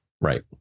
Right